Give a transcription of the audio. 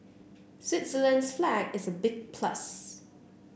Switzerland's flag is a big plus